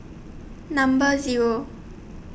Number Zero